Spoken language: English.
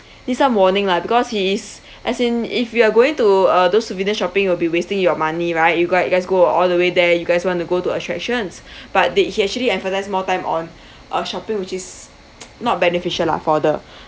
need some warning lah because he is as in if you are going to uh those souvenir shopping will be wasting your money right you guy you guys go all the way there you guys want to go to attractions but did he actually emphasise more time on uh shopping which is not beneficial lah for the